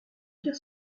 dire